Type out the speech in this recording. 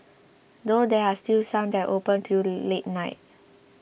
though there are still some that open till late night